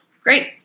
Great